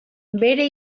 bere